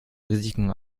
risiken